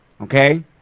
Okay